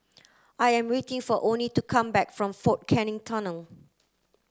I am waiting for Oney to come back from Fort Canning Tunnel